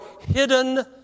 hidden